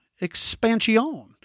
Expansion